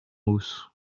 hausse